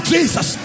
Jesus